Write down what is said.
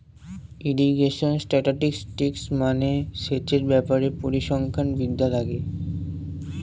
irrigation statistics মানে সেচের ব্যাপারে পরিসংখ্যান বিদ্যা লাগে